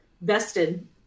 vested